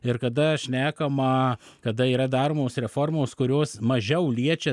ir kada šnekama kada yra daromos reformos kurios mažiau liečia